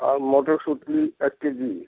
আর মটরশুঁটি এক কেজি